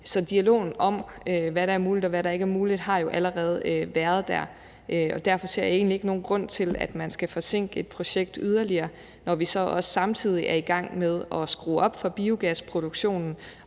Så dialogen om, hvad der er muligt, og hvad der ikke er muligt, har jo allerede været der, og derfor ser jeg egentlig ikke nogen grund til, at man skal forsinke et projekt yderligere, når vi så også samtidig er i gang med at skrue op for biogasproduktionen